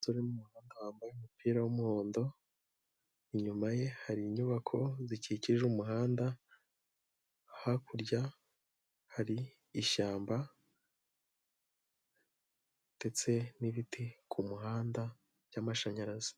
Umupira w'umuhondo inyuma ye, hari inyubako zikikije umuhanda, hakurya hari ishyamba ndetse n'ibiti ku muhanda by'amashanyarazi.